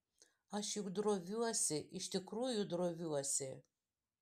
aš juk droviuosi iš tikrųjų droviuosi